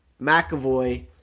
McAvoy